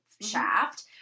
shaft